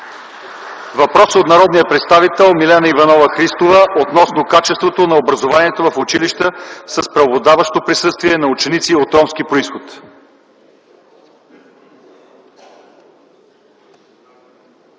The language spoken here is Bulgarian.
Въпрос от народния представител Милена Иванова Христова относно качеството на образованието в училища с преобладаващо присъствие на ученици от ромски произход.